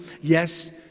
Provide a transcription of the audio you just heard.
Yes